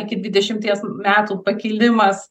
iki dvidešimties metų pakilimas